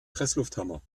presslufthammer